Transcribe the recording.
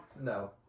no